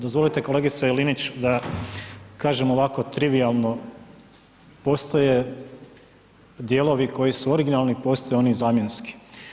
Dozvolite kolegice Linić da kažem ovako trivijalno, postoje dijelovi koji su originalni, postoje oni zamjenski.